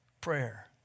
prayer